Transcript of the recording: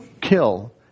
kill